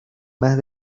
más